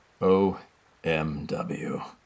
omw